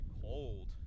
cold